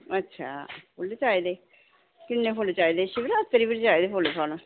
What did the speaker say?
अच्छा फुल्ल चाहिदे किन्ने फुल्ल चाहिदे शिवरात्री उप्पर चाहिदे फुल्ल थुआनूं